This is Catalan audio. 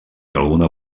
alguna